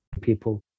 People